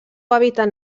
hàbitat